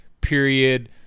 period